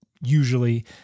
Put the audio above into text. usually